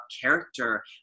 character